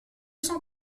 cent